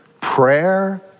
prayer